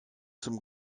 zum